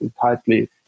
tightly